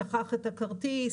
שכח את הכרטיס,